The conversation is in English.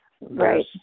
Right